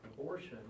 abortion